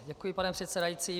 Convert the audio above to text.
Děkuji, pane předsedající.